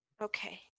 okay